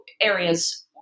areas